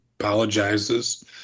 Apologizes